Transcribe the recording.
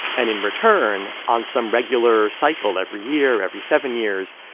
and in return, on some regular cycle every year, every seven years,